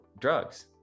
drugs